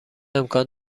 امکان